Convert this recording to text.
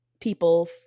people